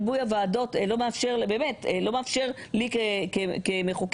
ריבוי הוועדות לא מאפשר לי כמחוקקת.